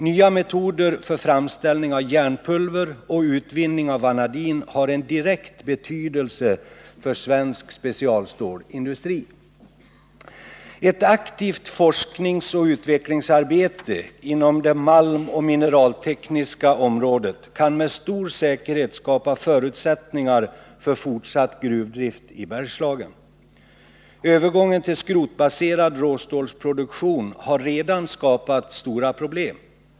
Nya metoder för framställning av järnpulver och utvinning av vanadin har en direkt betydelse för svensk specialstålsindustri. Ett aktivt forskningsoch utvecklingsarbete inom det malmoch mineraltekniska området kan med stor säkerhet skapa förutsättningar för fortsatt gruvdrift i Bergslagen. Övergången till skrotbaserad råstålsproduktion har redan skapat stora problem.